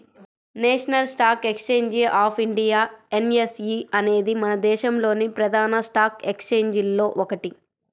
national Stock Exchange of India NSE అనేది మన దేశంలోని ప్రధాన స్టాక్ ఎక్స్చేంజిల్లో ఒకటి